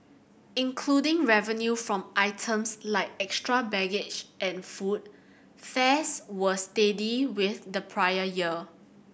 including revenue from items like extra baggage and food fares were steady with the prior year